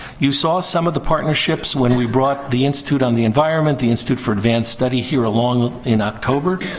you saw some of the partnerships when we brought the institute on the environment, the institute for advanced study here along in october.